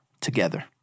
together